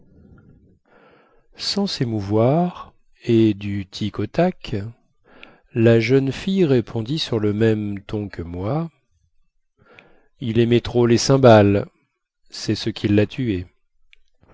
sans sémouvoir et du tic au tac la jeune fille répondit sur le même ton que moi il aimait trop les cymbales cest ce qui la tué